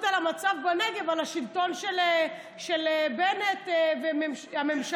למצב בנגב על השלטון של בנט והממשלה.